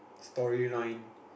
storyline